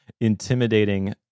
intimidating